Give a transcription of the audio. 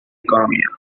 economía